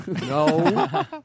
No